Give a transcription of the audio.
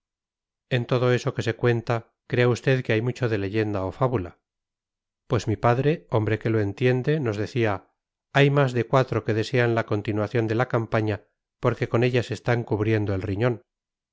en todo eso que se cuenta crea usted que hay mucho de leyenda o fábula pues mi padre hombre que lo entiende nos decía hay más de cuatro que desean la continuación de la campaña porque con ella se están cubriendo el riñón